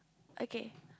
okay